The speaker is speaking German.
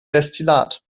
destillat